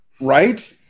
right